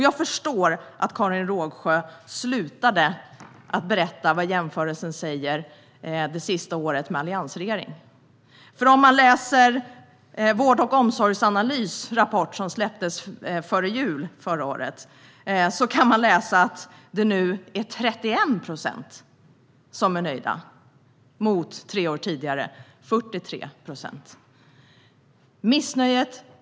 Jag förstår att Karin Rågsjö inte berättade om vad som sägs om det senaste året i jämförelse med alliansregeringen. I den rapport från Myndigheten för vård och omsorgsanalys som släpptes före jul förra året kan man läsa att det nu är 31 procent som är nöjda jämfört med 43 procent tre år tidigare.